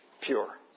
pure